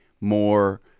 more